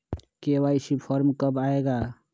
KYC form कब आए गा?